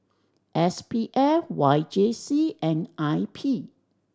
S P F Y J C and I P